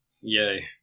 Yay